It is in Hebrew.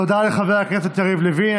תודה לחבר הכנסת לוין.